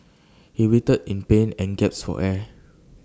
he writhed in pain and gasped for air